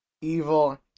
evil